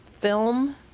film